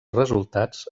resultats